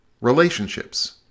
relationships